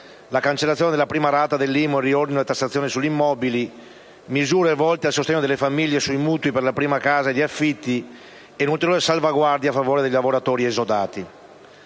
la cancellazione della prima rata dell'IMU, il riordino della tassazione sugli immobili, misure volte a sostegno delle famiglie sui mutui per la prima casa e gli affitti e un'ulteriore salvaguardia a favore dei lavoratori esodati.